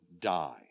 die